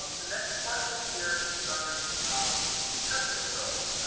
um the next question here concerns testing results.